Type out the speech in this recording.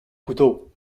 couteau